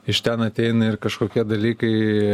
iš ten ateina ir kažkokie dalykai